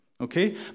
Okay